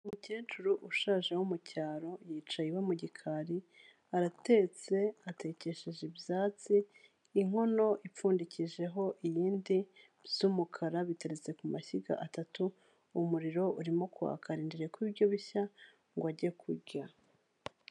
Umukecuru ushaje wo mu cyaro yicaye iwe mu gikari aratetse atekesheje ibyatsi, inkono ipfundikijeho iyindi by'umukara biteretse ku mashyiga atatu, umuriro urimo kwaka arindiriye ko ibiryo bishya ngo ajye kurya.